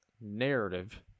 narrative